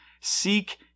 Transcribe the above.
Seek